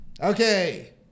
Okay